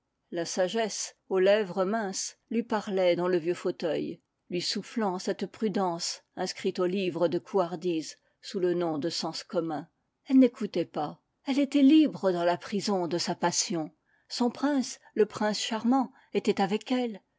la sagesse aux lèvres minces lui parlait dans le vieux fauteuil lui soufflant cette prudence inscrite au livre de couardise sous le nom de sens commun elle n'écoutait pas elle était libre dans la prison de sa passion son prince le prince charmant était avec elle